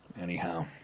Anyhow